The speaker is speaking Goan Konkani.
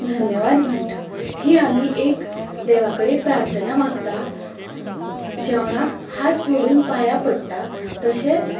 धन्यवाद म्हणटा ही आमी एक देवा कडेन प्रार्थना मागता आनी जेवणाक हात जोडून पांया पडटा तशेंच